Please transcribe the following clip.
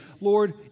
Lord